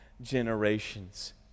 generations